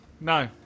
No